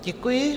Děkuji.